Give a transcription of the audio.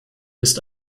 ist